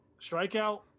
strikeout